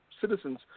citizens